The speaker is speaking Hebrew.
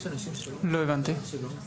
לא הבנתי.